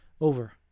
over